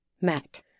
Matt